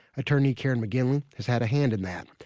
attorney karen mcginley has had a hand in that.